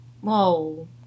Whoa